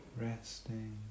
Resting